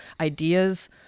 ideas